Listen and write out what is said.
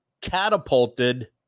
catapulted